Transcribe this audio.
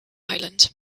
island